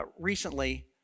recently